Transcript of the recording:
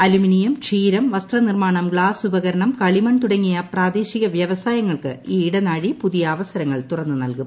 aluminium ക്ഷീരം വസ്ത്രനിർമാണം glass ഉപകരണം കളിമൺ തുടങ്ങിയ പ്രാദേശിക വ്യവസായങ്ങൾക്ക് ഈ ഇടനാഴി പുതിയ അവസരങ്ങൾ തുറന്നു നൽകും